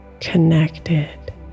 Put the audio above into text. connected